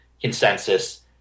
consensus